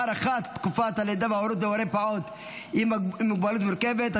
הארכת תקופת הלידה וההורות להורה פעוט עם מוגבלות מורכבת),